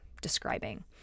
describing